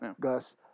Gus